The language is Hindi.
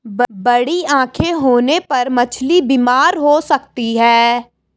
बड़ी आंखें होने पर मछली बीमार हो सकती है